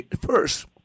first